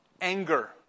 anger